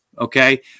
okay